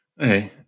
Okay